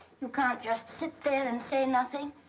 you can't just sit there and say nothing.